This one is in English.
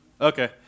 Okay